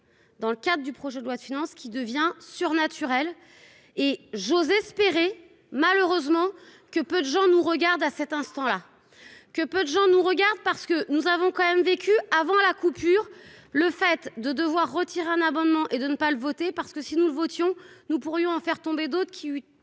Dans le cadre du projet de loi de finances, qui devient surnaturel et José espérer malheureusement que peu de gens nous regardent à cet instant là que peu de gens nous regardent, parce que nous avons quand même vécu avant la coupure, le fait de devoir retirer un abonnement et de ne pas le voter, parce que si nous le votions, nous pourrions en faire tomber d'autres qui